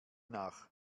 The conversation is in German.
nach